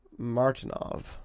martinov